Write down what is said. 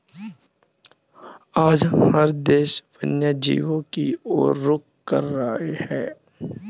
आज हर देश वन्य जीवों की और रुख कर रहे हैं